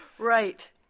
Right